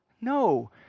No